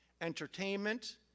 entertainment